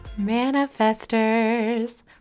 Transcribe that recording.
Manifesters